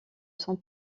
son